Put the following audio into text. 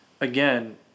again